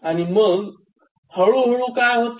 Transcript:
आणि मग हळू हळू काय होत